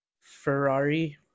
Ferrari